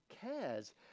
cares